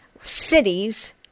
cities